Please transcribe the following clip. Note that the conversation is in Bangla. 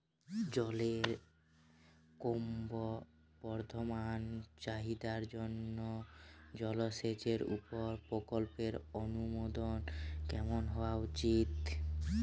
জলের ক্রমবর্ধমান চাহিদার জন্য জলসেচের উপর প্রকল্পের অনুমোদন কেমন হওয়া উচিৎ?